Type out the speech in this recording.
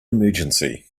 emergency